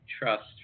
trust